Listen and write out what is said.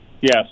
Yes